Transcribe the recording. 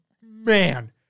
man